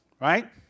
right